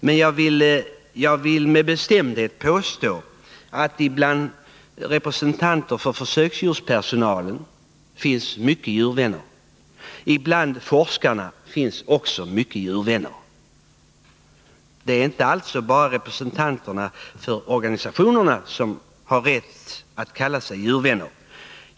Däremot vill jag med bestämdhet påstå att det bland representanterna för försöksdjurspersonalen finns många djurvänner liksom det finns många djurvänner bland forskarna. Det är alltså inte bara representanterna för de olika organisationerna som har rätt att kalla sig för djurvänner.